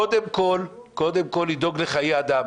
קודם כול, לדאוג לחיי אדם.